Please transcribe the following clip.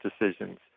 decisions